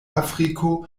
afriko